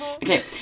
Okay